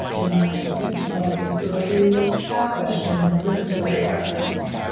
and i think it's lovely. so if you have questions, this is a great reference.